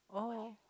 oh